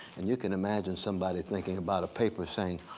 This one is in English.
and you can imagine somebody thinking about a paper, saying,